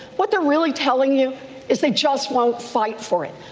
what they're really telling you is they just won't fight for it.